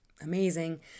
amazing